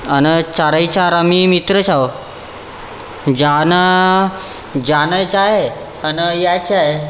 आणि चार ही चार आम्ही मित्रच आहो जाणं जाणंयचं आहे आणि यायचं आहे